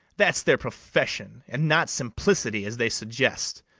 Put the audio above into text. that's their profession, and not simplicity, as they suggest